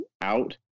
out